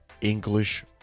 English